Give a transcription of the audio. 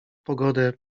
pogodę